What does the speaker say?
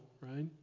right